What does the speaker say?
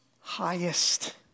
highest